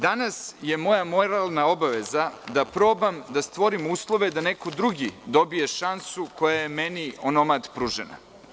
Danas je moja moralna obaveza da probam da stvorim uslove da neko drugi dobije šansu koja je meni onomad pružena.